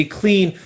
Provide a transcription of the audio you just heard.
clean